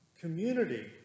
Community